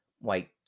white